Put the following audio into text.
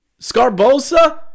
Scarbosa